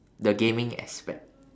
the gaming aspect